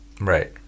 right